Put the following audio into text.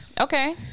Okay